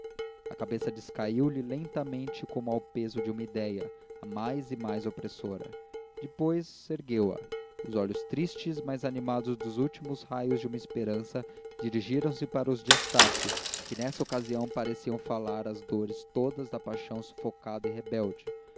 a cabeça descaiu lhe lentamente como ao peso de uma idéia a mais e mais opressora depois ergueu-a os olhos tristes mas animados dos últimos raios de uma esperança dirigiram se para os de estácio que nessa ocasião pareciam falar as dores todas da paixão sufocada e rebelde